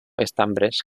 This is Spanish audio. estambres